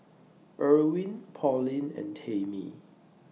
Irwin Pauline and Tamie